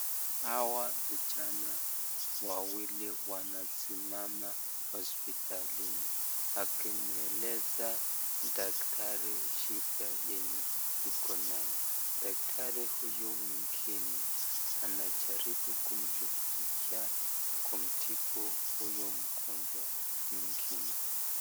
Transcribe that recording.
Hawa vijana wawili wamesimama hospitalini, wakieleza daktari shida yenye iko nayo. Daktari huyu mwingine anajaribu kumshughulikia kumtibu huyo mgonjwa mwingine.